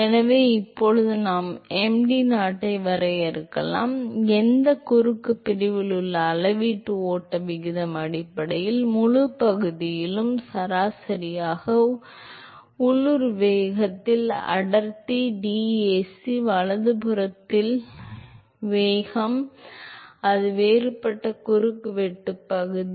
எனவே இப்போது நாம் mdot ஐ வரையறுக்கலாம் எந்த குறுக்கு பிரிவில் உள்ள அளவீட்டு ஓட்ட விகிதம் அடிப்படையில் முழுப் பகுதியிலும் சராசரியாக உள்ளூர் வேகத்தில் அடர்த்தி dAc வலதுபுறத்தில் உள்ளூர் வேகம் அது வேறுபட்ட குறுக்குவெட்டு பகுதி